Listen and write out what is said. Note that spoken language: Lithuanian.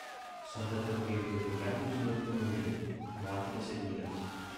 sode tarp gėlių ir drugelių zujo du nuogi moteris ir vyras